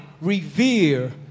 revere